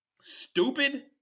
stupid